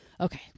Okay